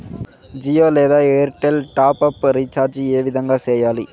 జియో లేదా Airtel top up recharge ఏ విధంగా సేయాలి